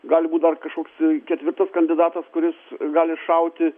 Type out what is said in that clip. gali būt dar kažkoks ketvirtas kandidatas kuris gali šauti